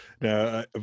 Now